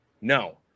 No